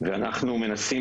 ופה אנחנו באמת מצטרפים